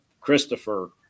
Christopher